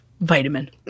vitamin